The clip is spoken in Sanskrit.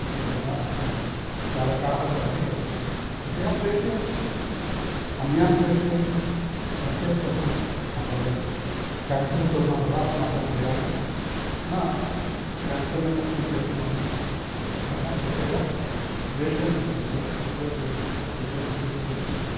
जनाः चालकाः सन्ति खलु कृपया प्रेषयन्तु अन्यान् प्रेषयन्तु नो चेत् कथम् अ वयं क्यान्सल् कुर्मः वा अस्माकं प्रयाणं न क्यान्सल् न कर्तुम् शक्नुमः अतः कृपया प्रेषयन्तु महोदय कृपया प्रेषयन्तु शीघ्रं शीघ्रं प्रेषयन्तु